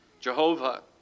Jehovah